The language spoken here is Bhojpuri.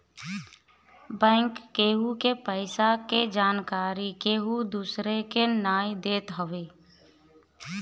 बैंक केहु के पईसा के जानकरी केहू दूसरा के नाई देत हवे